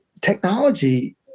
technology